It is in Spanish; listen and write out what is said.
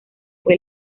fue